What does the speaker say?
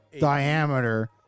Diameter